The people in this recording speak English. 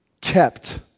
kept